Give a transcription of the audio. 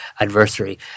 adversary